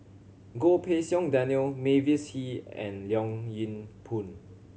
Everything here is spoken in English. Goh Pei Siong Daniel Mavis Hee and Leong Yin Poon